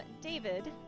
David